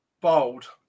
Bold